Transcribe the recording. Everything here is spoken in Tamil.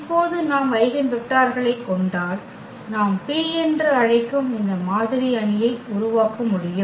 இப்போது நாம் ஐகென் வெக்டர்களைக் கொண்டால் நாம் P என்று அழைக்கும் இந்த மாதிரி அணியை உருவாக்க முடியும்